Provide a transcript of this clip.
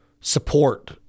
support